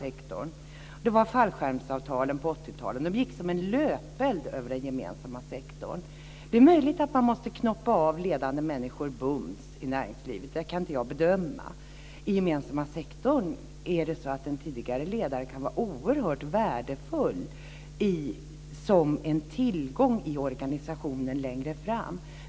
Ett exempel är fallskärmsavtalen på 80-talet, som gick som en löpeld över den gemensamma sektorn. Det är möjligt att man bums måste knoppa av ledande människor i näringslivet. Det kan inte jag bedöma. I den gemensamma sektorn är det så att en tidigare ledare kan vara oerhört värdeull som en tillgång i organisationen längre fram.